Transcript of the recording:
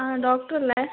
ആ ഡോക്ടർ അല്ലേ